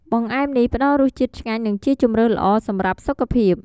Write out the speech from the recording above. បង្អែមនេះផ្តល់រសជាតិឆ្ងាញ់ និងជាជម្រើសល្អសម្រាប់សុខភាព។